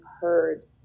heard